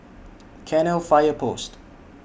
Cairnhill Fire Post